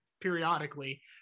Periodically